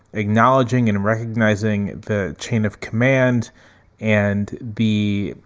acknowledging and recognizing the chain of command and b,